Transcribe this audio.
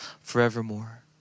forevermore